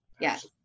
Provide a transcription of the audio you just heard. Yes